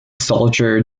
soldier